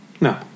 No